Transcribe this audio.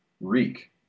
Reek